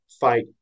fight